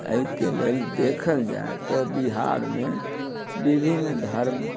अइके लेल देखल जाइ तऽ बिहारमे विभिन्न धर्म